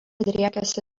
driekiasi